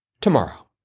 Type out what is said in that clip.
tomorrow